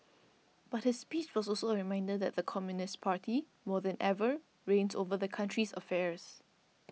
but his speech was also a reminder that the Communist Party more than ever reigns over the country's affairs